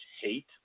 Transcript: hate